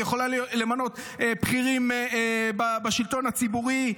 היא יכולה למנות בכירים בשלטון הציבורי.